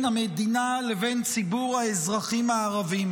המדינה לבין ציבור האזרחים הערבים,